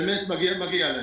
אמת מגיע להם.